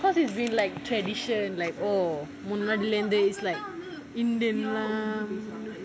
because it's been like tradition like oh முன்னாடிலேந்தே:munaadilanthae it's like indian lah